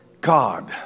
God